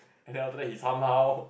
and then after that he some how